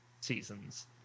seasons